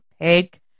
pig